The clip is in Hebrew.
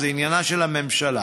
זה עניינה של הממשלה